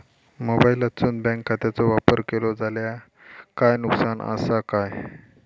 मोबाईलातसून बँक खात्याचो वापर केलो जाल्या काय नुकसान असा काय?